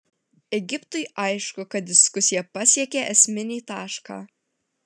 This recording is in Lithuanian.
egiptui aišku kad diskusija pasiekė esminį tašką